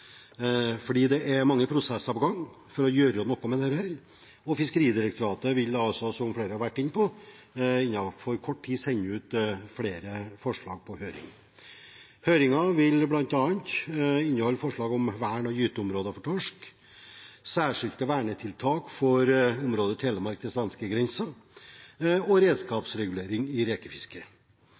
fordi det er mange prosesser på gang for å gjøre noe med dette. Fiskeridirektoratet vil også, som flere har vært inne på, innen kort tid sende ut flere forslag på høring. Høringen vil bl.a. inneholde forslag om vern av gyteområder for torsk, særskilte vernetiltak for området fra Telemark til svenskegrensen og redskapsregulering i rekefisket.